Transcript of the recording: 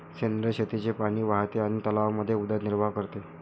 सेंद्रिय शेतीचे पाणी वाहते आणि तलावांमध्ये उदरनिर्वाह करते